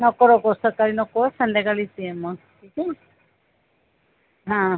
नको नको सकाळी नको संध्याकाळीच ये मग ठीक आहे हां